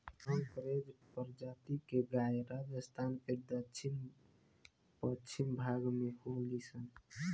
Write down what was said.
कांकरेज प्रजाति के गाय राजस्थान के दक्षिण पश्चिम भाग में होली सन